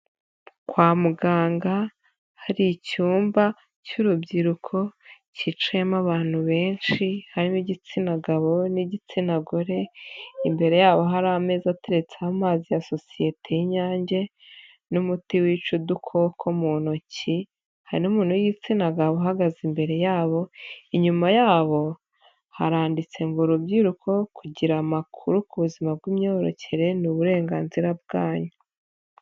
Kwa muganga hari icyumba cy'urubyiruko kicayemo abantu benshi harimo igitsina gabo n'igitsina gore, imbere yabo hari ameza ateretseho amazi ya Sosiyete y'Inyange n'umuti wica udukoko mu ntoki, hari n'umuntu w'igitsina gabo uhagaze imbere yabo, inyuma yabo haranditse ngo: "Rurubyiruko kugira amakuru ku buzima bw'imyororokere ni uburenganzira bwanyu".